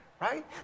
right